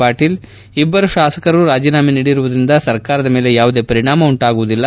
ಪಾಟೀಲ್ಇಬ್ಬರು ಶಾಸಕರು ರಾಜೀನಾಮೆ ನೀಡಿರುವುದರಿಂದ ಸರ್ಕಾರದ ಮೇಲೆ ಯಾವುದೇ ಪರಿಣಾಮ ಉಂಟಾಗುವುದಿಲ್ಲ